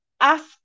Ask